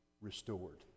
restored